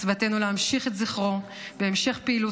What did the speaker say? מצוותנו להמשיך את זכרו בהמשך פעילות